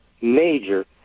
major